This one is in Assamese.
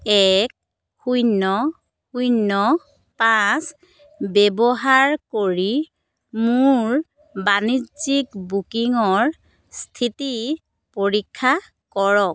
এক শূন্য শূন্য পাঁচ ব্যৱহাৰ কৰি মোৰ বাণিজ্যিক বুকিঙৰ স্থিতি পৰীক্ষা কৰক